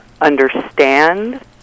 understand